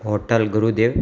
hotel Gurudev